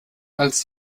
als